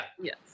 Yes